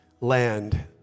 land